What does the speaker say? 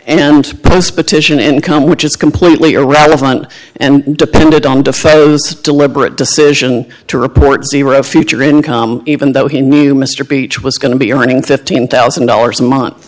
to petition income which is completely irrelevant and depended on the photos to deliberate decision to report zero future income even though he knew mr beach was going to be earning fifteen thousand dollars a month